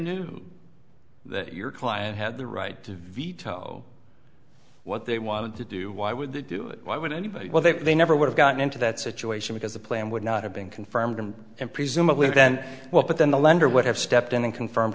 knew that your client had the right to veto what they wanted to do why would they do it why would anybody well they they never would have gotten into that situation because the plan would not have been confirmed and presumably then well but then the lender would have stepped in and confirmed